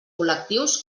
col·lectius